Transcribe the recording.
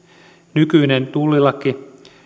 nykyinen tullilaki